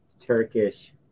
Turkish